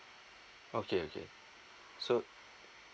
okay okay so